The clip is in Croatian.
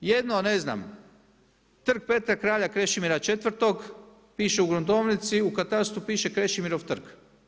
Jedno, ne znam, Trg Petra kralja Krešimira 4, piše u gruntovnici, u katastru piše Krešimirov trg.